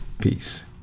Peace